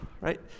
right